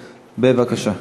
בבקשה.